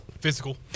physical